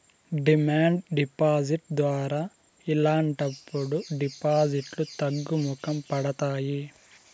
demand deposit ద్వారా ఇలాంటప్పుడు డిపాజిట్లు తగ్గుముఖం పడతాయి